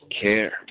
Care